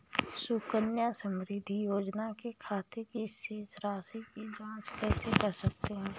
सुकन्या समृद्धि योजना के खाते की शेष राशि की जाँच कैसे कर सकते हैं?